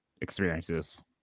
experiences